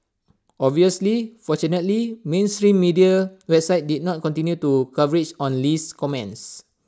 obviously fortunately mainstream media websites did not continue to coverage on Lee's comments